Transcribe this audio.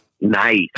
Nice